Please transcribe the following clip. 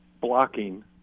blocking